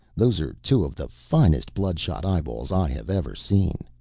those are two of the finest blood-shot eyeballs i have ever seen.